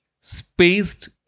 spaced